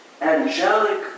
angelic